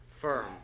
firm